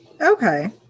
okay